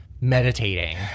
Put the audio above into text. meditating